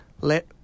let